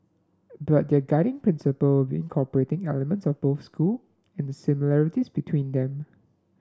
but their guiding principle will incorporating elements of both school and the similarities between them